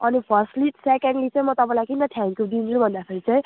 अनि firstly secondly चाहिँ म तपाईँलाई किन थ्याङ्क्यु दिन्छु भन्दाखेरि चाहिँ